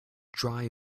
dry